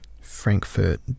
Frankfurt